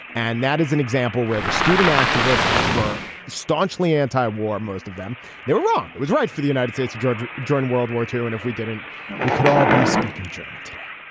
and that is an example where the student activists were staunchly anti-war. most of them they were wrong. it was right for the united states to georgia joined world war two and if we didn't we could all be speaking german today.